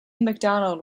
macdonald